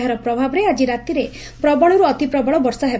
ଏହାର ପ୍ରଭାବରେ ଆଜି ରାତିରେ ପ୍ରବଳରୁ ଅତିପ୍ରବଳ ବଷା ହେବ